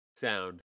sound